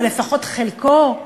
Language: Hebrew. או לפחות חלקה?